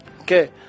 Okay